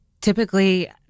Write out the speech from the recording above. typically